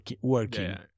working